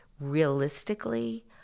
realistically